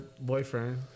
boyfriend